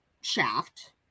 shaft